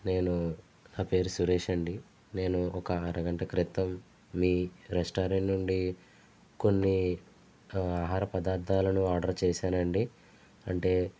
నేను నా పేరు సురేష్ అండి నేను ఒక అరగంట క్రితం మీ రెస్టారెంట్ నుండి కొన్ని ఆహార పదార్థాలను ఆర్డర్ చేశానండి అంటే